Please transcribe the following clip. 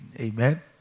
Amen